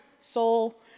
soul